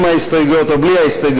עם ההסתייגויות או בלי ההסתייגויות.